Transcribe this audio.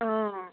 অঁ